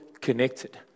connected